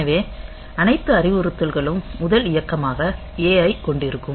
எனவே அனைத்து அறிவுறுத்தல்களும் முதல் இயக்கமாக A ஐக் கொண்டிருக்கும்